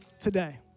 today